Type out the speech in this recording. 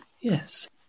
Yes